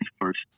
first